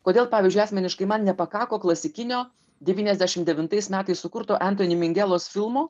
kodėl pavyzdžiui asmeniškai man nepakako klasikinio devyniasdešim devintais metais sukurtų entoni mingėlos filmo